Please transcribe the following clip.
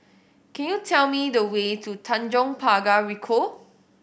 can you tell me the way to Tanjong Pagar Ricoh